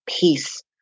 peace